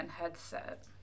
headset